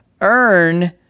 earn